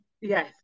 Yes